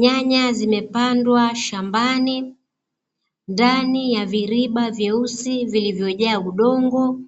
Nyanya zimepandwa shambani, ndani ya viriba vyeusi vilivyojaa udongo,